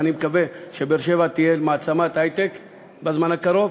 ואני מקווה שבאר-שבע תהיה מעצמת היי-טק בזמן הקרוב.